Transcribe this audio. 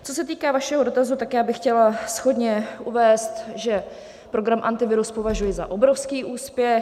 Co se týká vašeho dotazu, tak bych chtěla shodně uvést, že program Antivirus považuji za obrovský úspěch.